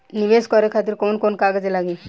नीवेश करे खातिर कवन कवन कागज लागि?